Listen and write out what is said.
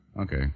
Okay